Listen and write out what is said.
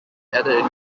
added